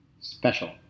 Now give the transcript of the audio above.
Special